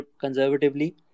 conservatively